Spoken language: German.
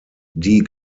die